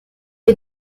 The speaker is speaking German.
wir